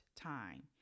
time